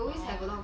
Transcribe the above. oo